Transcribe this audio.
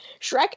Shrek